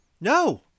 No